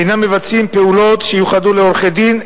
אינם מבצעים פעולות שיוחדו לעורכי-דין,